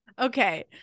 okay